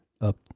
up